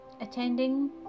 attending